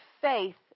faith